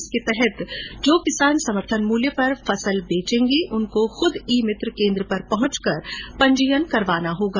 इसके तहत जो किसान समर्थन मूल्य पर फसल बेचेंगे उनको खुद ईमित्र केंद्र पर पहुंचकर पंजीयन करवाना होगा